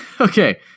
Okay